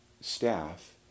staff